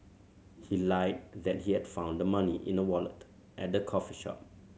he lied that he had found the money in a wallet at the coffee shop